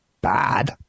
Bad